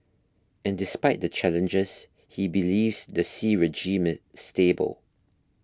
and despite the challenges he believes the Xi regime stable